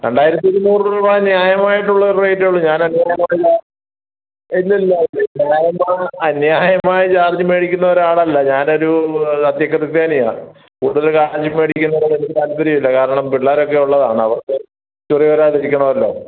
രണ്ടായിരത്തി ഇരുന്നൂറു രൂപ ന്യായമായിട്ടുള്ളൊരു റേറ്റേ ഉള്ളു ഞാൻ ഇല്ലി ഇല്ല ഇത് ന്യായമായ ആ അന്യായമായ ചാർജ് മേടിക്കുന്ന ഒരാളല്ല ഞാനൊരു സത്യ ക്രിസ്ത്യാനിയാണ് കൂടുതൽ കാശ് മേടിക്കുന്നതിനോട് എനിക്ക് താൽപ്പര്യം ഇല്ല കാരണം പിള്ളേരൊക്കെയുള്ളതാണ് അവർക്ക് ചൊറി വരാതെ ഇരിക്കണമല്ലോ